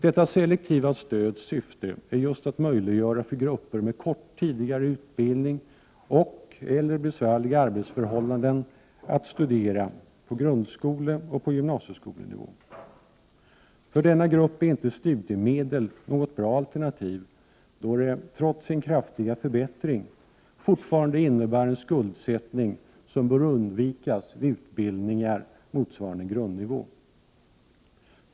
Detta selektiva stöds syfte är just att möjliggöra för grupper med kort tidigare utbildning och/eller besvärliga arbetsförhållanden att studera på grundskoleoch på gymnasienivå. För denna grupp är inte studiemedel något bra alternativ, då det — trots den kraftiga förbättringen — fortfarande innebär en skuldsättning som bör undvikas vid utbildningar motsvarande grundnivå.